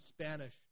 Spanish